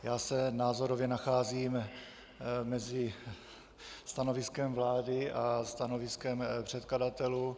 Já se názorově nacházím mezi stanoviskem vlády a stanoviskem předkladatelů.